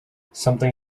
something